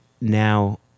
now